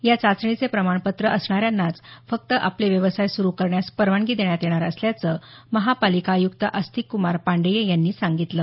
या चाचणीचे प्रमाणपत्र असणाऱ्यांनाच फक्त आपले व्यवसाय सुरू करण्यास परवानगी देण्यात येणार असल्याचं महापालिका आयुक्त आस्तिकक्मार पांडेय यांनी म्हटलं आहे